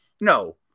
No